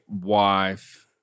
wife